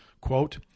quote